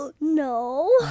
No